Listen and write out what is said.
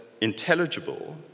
intelligible